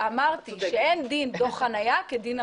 חלופה שלא הייתה בשנת 2000 כשהוסמכו חברות הגבייה.